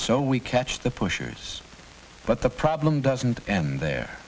so we catch the pushers but the problem doesn't end there